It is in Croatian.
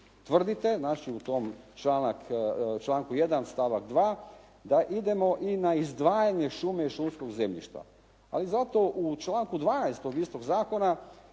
Tvrdite znači u tom članku 1. stavak 2. da idemo i na izdvajanje šume i šumskog zemljišta. Ali zato u članku 12. istog zakona